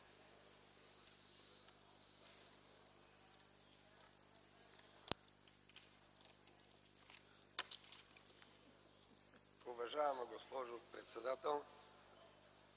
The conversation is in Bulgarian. Уважаема госпожо председател,